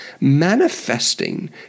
manifesting